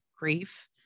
grief